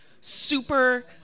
super